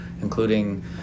including